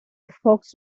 fox